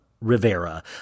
Rivera